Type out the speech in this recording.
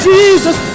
Jesus